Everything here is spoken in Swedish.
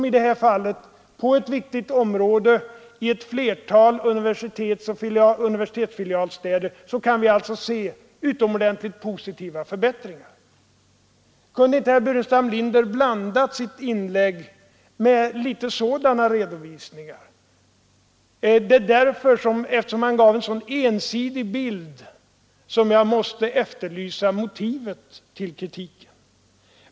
I detta fall kan vi alltså på ett viktigt område vid ett flertal universitetsoch universitetsfilialstäder se utomordentligt positiva förbättringar. Kunde inte herr Burenstam Linder ha blandat upp sitt inlägg med litet sådana redovisningar? Eftersom han gav en så ensidig bild måste jag efterlysa motivet till kritiken.